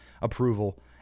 approval